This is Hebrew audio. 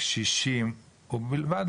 קשישים ובלבד,